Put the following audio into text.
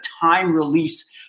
time-release